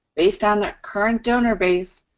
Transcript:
based on the current donor base,